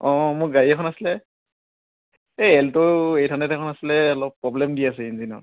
অঁ মোৰ গাড়ী এখন আছিলে এই এলটো এইট হানণ্ড্ৰেড এখন আছিলে অলপ প্ৰব্লেম দি আছে ইঞ্জিনত